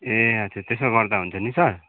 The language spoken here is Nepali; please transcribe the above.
ए आच्छा त्यसो गर्दा हुन्छ नि सर